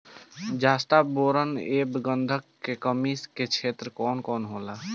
जस्ता बोरान ऐब गंधक के कमी के क्षेत्र कौन कौनहोला?